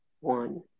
One